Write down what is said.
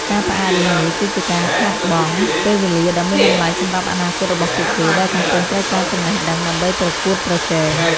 ការផ្អាករៀននេះ គឺជាការខាតបង់ពេលវេលាដ៏មានតម្លៃសម្រាប់អនាគរបស់ពួកគេ ដែលកំពុងត្រូវការចំណេះដឹងដើម្បីប្រកួតប្រជែង។